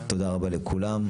תודה רבה לכולם.